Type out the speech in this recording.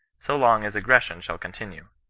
so long as aggression shall continue.